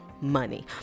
money